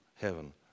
heaven